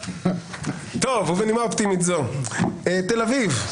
טוב, ובנימה אופטימית זו תל אביב,